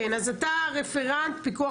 אז אתה רפרנט פיקוח